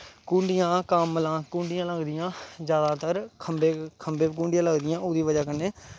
कुड़ियां लगदियां जैदातर खंबें पर कुड़ियां लगदियां ओह्दी बज़ाह् कन्नै